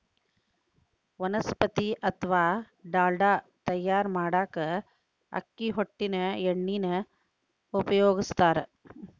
ವನಸ್ಪತಿ ಅತ್ವಾ ಡಾಲ್ಡಾ ತಯಾರ್ ಮಾಡಾಕ ಅಕ್ಕಿ ಹೊಟ್ಟಿನ ಎಣ್ಣಿನ ಉಪಯೋಗಸ್ತಾರ